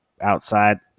outside